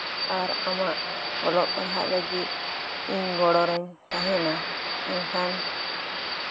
ᱟᱨ ᱟᱢᱟᱜ ᱚᱞᱚᱜ ᱯᱟᱲᱦᱟᱜ ᱞᱟᱹᱜᱤᱫ ᱤᱧ ᱜᱚᱲᱚᱨᱤᱧ ᱛᱟᱦᱮᱱᱟ ᱮᱱᱠᱷᱟᱱ